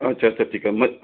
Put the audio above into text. अच्छा अच्छा ठीक आहे मग